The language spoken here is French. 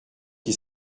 qui